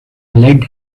lead